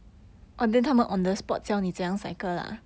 orh then 他们 on the spot 教你怎样 cycle lah